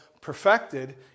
perfected